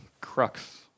crux